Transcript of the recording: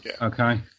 okay